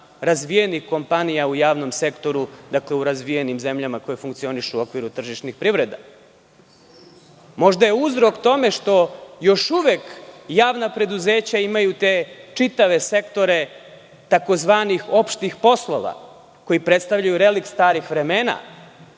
razvijenih kompanija u javnom sektoru, u razvijenim zemljama koje funkcionišu u okviru tržišnih privreda. Možda je uzrok tome što još uvek javna preduzeća imaju te čitave sektore tzv. opštih poslova koji predstavljaju relikt starih vremena,